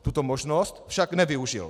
Tuto možnost však nevyužil.